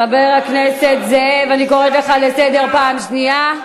חבר הכנסת זאב, אני קוראת לך לסדר פעם שנייה.